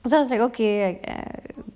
it sound like okay like that